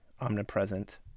omnipresent